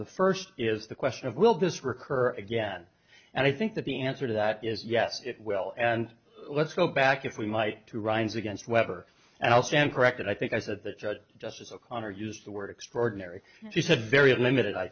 the first is the question of will this recur again and i think that the answer to that is yes it well and let's go back if we might to runs against webber and i'll stand corrected i think i said that justice o'connor used the word extraordinary she said very limited i